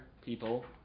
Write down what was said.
people